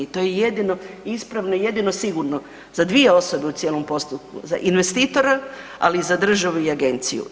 To je jedino ispravno i jedino sigurno za dvije osobe u cijelom postupku, za investitora, ali i za državu i agenciju.